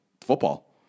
football